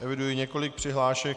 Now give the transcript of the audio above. Eviduji několik přihlášek.